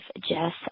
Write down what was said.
Jess